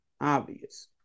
obvious